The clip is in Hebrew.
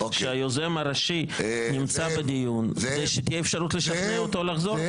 שהיוזם הראשי נמצא בדיון ושתהיה אפשרות לשכנע אותו לחזור בו.